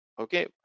okay